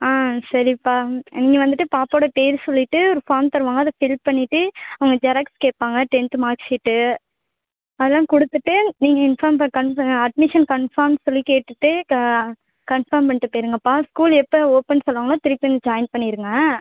சரிப்பா நீங்கள் வந்துவிட்டு பாப்பாவோடய பேர் சொல்லிவிட்டு ஒரு ஃபார்ம் தருவாங்க அதை ஃபில் பண்ணிவிட்டு அவங்க ஜெராக்ஸ் கேட்பாங்க டென்த்து மார்க் ஷீட்டு அதெல்லாம் கொடுத்துட்டு நீங்கள் இன்ஃபார்ம் ப கன் அட்மிஷன் கன்ஃபார்ம் சொல்லி கேட்டுவிட்டு க கன்ஃபார்ம் பண்ணிவிட்டு போய்டுங்கப்பா ஸ்கூல் எப்போ ஓப்பன் சொல்கிறாங்களோ திருப்பி வந்து ஜாயின் பண்ணிவிடுங்க